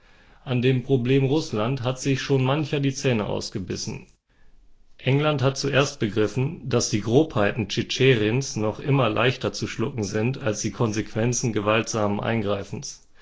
an dem problem rußland hat sich schon mancher die zähne ausgebissen england hat zuerst begriffen daß die grobheiten tschitscherins noch immer leichter zu schlucken sind als die konsequenzen gewaltsamen eingreifens